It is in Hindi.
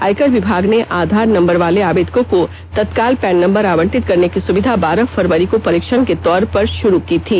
आयकर विभाग ने आधार नम्बर वाले आवेदकों को तत्काल पैन नम्बर आवंटित करने की सुविधा बारह फरवरी को परीक्षण के तौर पर शुरू की थी